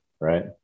right